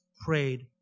prayed